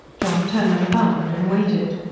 john turnham bowed and waited.